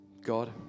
God